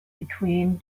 between